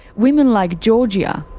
women like georgia.